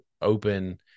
open